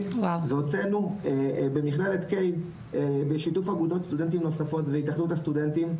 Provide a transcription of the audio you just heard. והוצאנו במכללת קיי בשיתוף אגודות סטודנטים נוספות והתאחדות הסטודנטים,